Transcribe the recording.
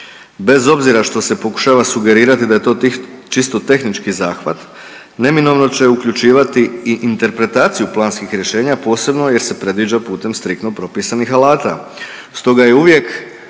bez obzira što se pokušava sugerirati da je to tih, čisto tehnički zahvat, neminovno će uključivati i interpretaciju planskih rješenja, posebno jer se predviđa putem striktno propisanih alata, stoga je uvijek